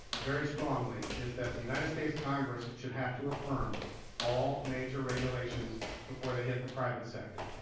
very strongly, is that the united states congress should have to affirm all major regulations before they hit the private sector.